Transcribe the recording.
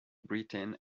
britain